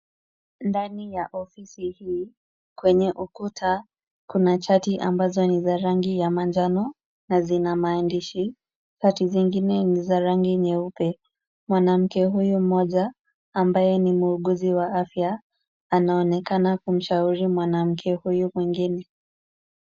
Ndani ya ofisi hii, kwenye ukuta, kuna chati ambazo ni za rangi ya manjano, na zina maandishi, chati zingine ni za rangi nyeupe, mwanamke huyu mmoja ambaye ni muuguzi wa afya anaonekana kumshauri mwanamke huyu mwingine.